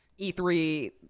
E3